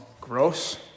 gross